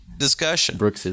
Discussion